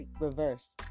reverse